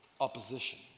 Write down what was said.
opposition